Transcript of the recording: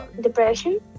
depression